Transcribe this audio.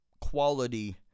quality